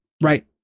right